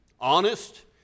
honest